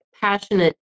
passionate